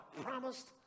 promised